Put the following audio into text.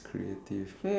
yup